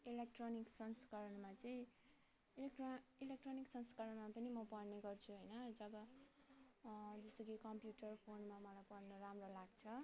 electronic संस्करणमा चाहिँ electro electronic संस्करणमा पनि म पढ्ने गर्छु होइन जब जस्तो कि कम्प्युटर फोनमा मलाई पढ्नु राम्रो लाग्छ अब